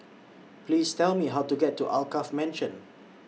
Please Tell Me How to get to Alkaff Mansion